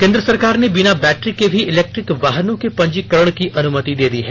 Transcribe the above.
केंद्र सरकार ने बिना बैट्री के भी इलेक्ट्रिक वाहनों के पंजीकरण की अनुमति दे दी है